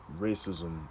Racism